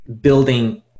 building